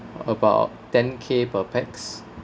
about ten k per pax